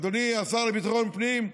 ואדוני השר לביטחון פנים,